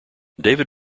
david